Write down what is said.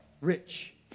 rich